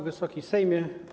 Wysoki Sejmie!